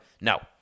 No